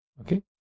Okay